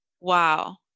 wow